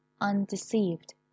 undeceived